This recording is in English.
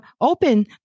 open